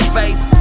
face